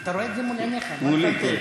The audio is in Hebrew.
אתה רואה את זה מול עיניך, מה לפנטז?